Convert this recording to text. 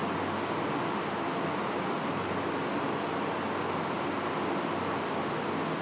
to